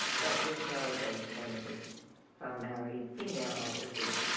but withheld those benefits from married female officers.